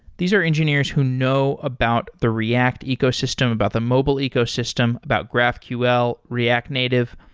these are engineers who know about the react ecosystem, about the mobile ecosystem, about graphql, react native.